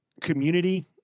community